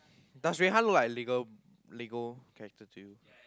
does Rui-Han look like legal Lego character to you